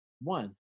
one